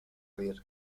dir